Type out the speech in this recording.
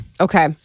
Okay